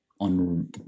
on